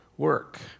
work